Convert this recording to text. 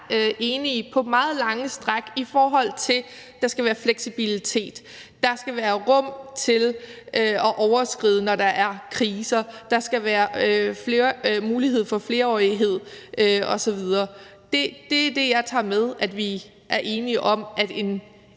enige på meget lange stræk, i forhold til at der skal være fleksibilitet; der skal være rum til at overskride, når der er kriser; der skal være mulighed for flerårighed osv. Det er det, jeg tager med at vi er enige om at en